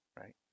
right